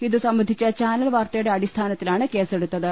ഇതുസംബന്ധിച്ച ചാനൽ വാർത്തയുടെ അടിസ്ഥാനത്തിലാണ് കേസെടുത്തത്